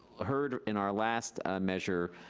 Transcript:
heard in our last measure,